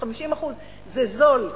50%. זה זול.